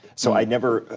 so i never,